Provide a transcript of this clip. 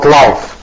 life